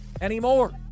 anymore